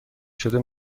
شده